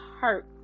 hurt